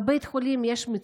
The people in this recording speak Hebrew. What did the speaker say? בבית החולים יש מצוקות,